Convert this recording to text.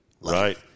Right